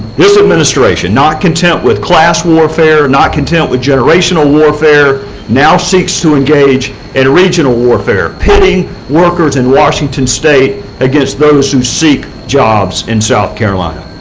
this administration not content with class warfare, not content with generational warfare now seeks to engage in regional warfare, pitting workers in washington state against those who seek jobs in south carolina.